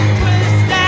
twist